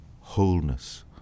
wholeness